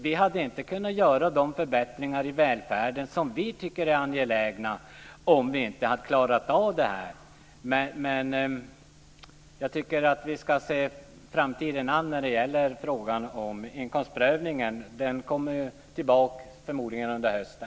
Vi hade inte kunnat göra de förbättringar i välfärden som vi tycker är angelägna om vi inte hade klarat av det här. Jag tycker att vi ska se framtiden an när det gäller inkomstprövningen. Den frågan kommer förmodligen tillbaka under hösten.